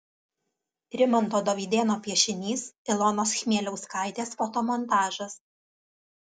rimanto dovydėno piešinys ilonos chmieliauskaitės fotomontažas